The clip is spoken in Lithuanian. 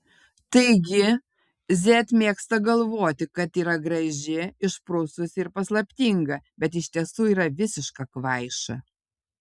taigi z mėgsta galvoti kad yra graži išprususi ir paslaptinga bet iš tiesų yra visiška kvaiša